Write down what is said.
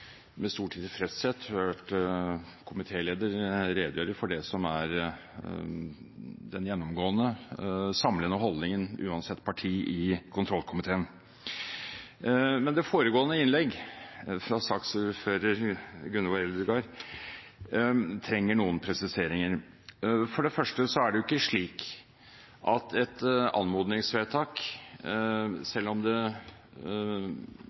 med stor tilfredshet hørt komitélederen redegjøre for det som er den gjennomgående, samlende holdningen, uansett parti, i kontrollkomiteen. Men det foregående innlegg, fra saksordfører Gunvor Eldegard, trenger noen presiseringer. For det første er det ikke slik at et anmodningsvedtak, selv om det